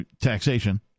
taxation